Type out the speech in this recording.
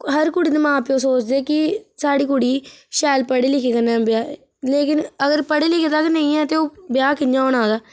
हर कुड़ी दे मां प्यो सोचदे कि स्हाड़ी कुड़ी शैल पढ़ी लिखे कन्नै ब्याह लेकिन अगर पढ़े लिखे दा गै नेईं ऐ तां ब्याह कियां होना ओह्दा